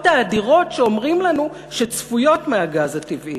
האדירות שאומרים לנו שצפויות מהגז הטבעי.